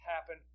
happen